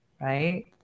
right